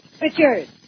Richard